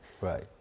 Right